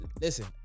listen